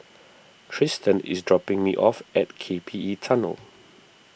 Tristen is dropping me off at K P E Tunnel